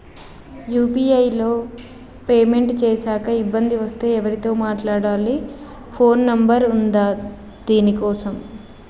UPI లో payment చేశాక ఇబ్బంది వస్తే ఎవరితో మాట్లాడాలి? ఫోన్ నంబర్ ఉందా దీనికోసం?